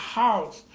house